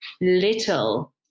little